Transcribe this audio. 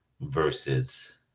versus